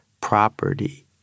property